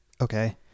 okay